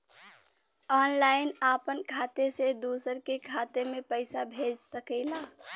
online आपन खाते से दूसर के खाते मे पइसा भेज सकेला